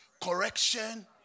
correction